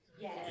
Yes